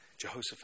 Jehoshaphat